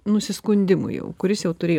nusiskundimų jau kuris jau turėjo